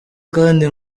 kandi